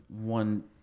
one